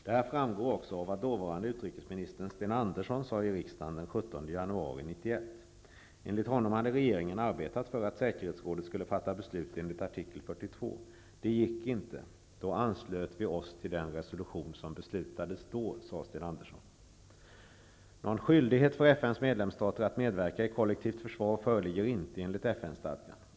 Detta framgår också av vad dåvarande utrikesminister Sten Andersson sade i riksdagen den 17 januari 1991. Enligt honom hade regeringen arbetat för att säkerhetsrådet skulle fatta beslut enligt artikel 42. ''Det gick inte. Då anslöt vi oss till den resolution som beslutades då.'' sade Sten Någon skyldighet för FN:s medlemsstater att medverka i kollektivt försvar föreligger inte enligt FN-stadgan.